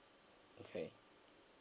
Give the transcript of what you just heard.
okay